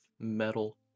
metal